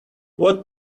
what